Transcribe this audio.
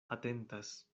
atentas